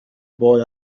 boy